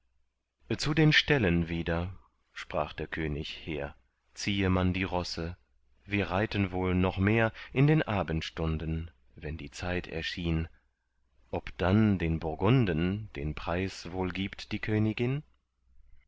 zu den ställen wieder sprach der könig hehr ziehe man die rosse wir reiten wohl noch mehr in den abendstunden wenn die zeit erschien ob dann den burgunden den preis wohl gibt die königin